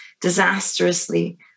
disastrously